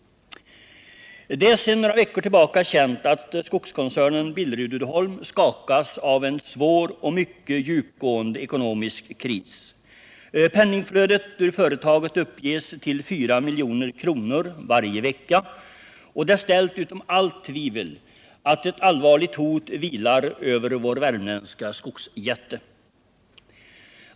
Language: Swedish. Det är sedan några veckor tillbaka känt att skogskoncernen Billerud Uddeholm skakas av en svår och mycket djupgående ekonomisk kris. Penningflödet ur företaget uppges till 4 milj.kr. varje vecka, och det är ställt utom allt tvivel att ett allvarligt hot vilar över vår värmländska skogsjätte.